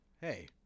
hey